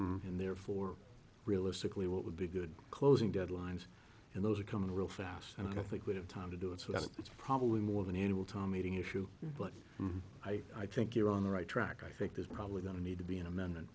and therefore realistically what would be good closing deadlines and those are coming real fast and i think we have time to do it so that it's probably more than usual time meeting issue but i think you're on the right track i think there's probably going to need to be an amendment